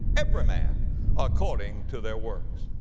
every man according to their works.